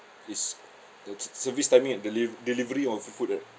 it's the service timing and deli~ delivery of the food right